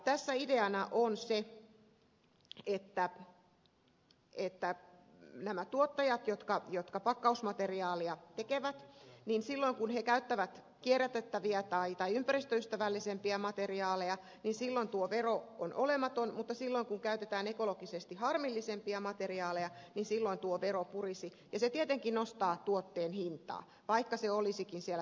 tässä ideana on se että silloin kun nämä tuottajat jotka pakkausmateriaalia tekevät käyttävät kierrätettäviä tai ympäristöystävällisempiä materiaaleja tuo vero on olematon mutta silloin kun käytetään ekologisesti harmillisempia materiaaleja tuo vero purisi ja se tietenkin nostaa tuotteen hintaa vaikka se olisikin siellä tuotantoportaassa